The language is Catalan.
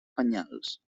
penyals